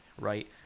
right